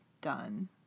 done